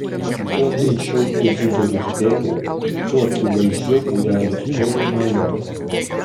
kuo greičiau izidorius bėgo tuo akivaizdžiau būrelis tolo nuo jo